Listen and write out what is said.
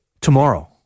tomorrow